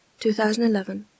2011